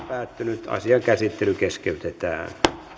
päättynyt asian käsittely keskeytetään